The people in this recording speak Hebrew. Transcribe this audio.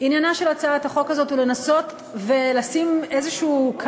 עניינה של הצעת החוק הזאת הוא לנסות ולשים קו כלשהו,